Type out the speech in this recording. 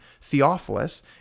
Theophilus